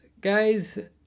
guys